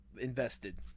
invested